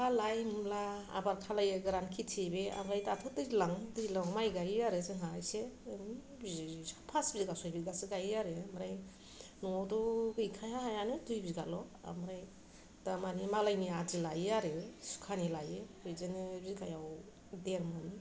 लाफा लाइ मुला आबाद खालामो गोरान खेथि बे ओमफ्राय दाथ' दैज्लां दैज्लाङाव माइ गायो आरो जोंहा इसे ओरैनो पास बिघा सय बिघासो गायो आरो ओमफ्राय न'आवथ' गैखाया हायानो दुइ बिघाल' ओमफ्राय दा माने मालायनि आदि लायो आरो सुखानि लायो बिदिनो बिघायाव देरमहन